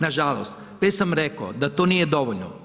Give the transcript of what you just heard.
Nažalost, već sam rekao da to nije dovoljno.